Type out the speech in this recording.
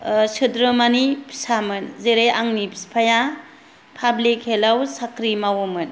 सोद्रोमानि फिसामोन जेरै आंनि फिफाया पाब्लिक हेल्थाव साख्रि मावोमोन